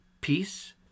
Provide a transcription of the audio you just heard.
peace